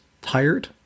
tired